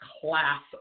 class